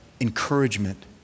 encouragement